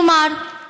כלומר,